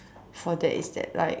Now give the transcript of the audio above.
for that is that like